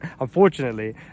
unfortunately